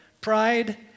pride